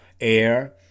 air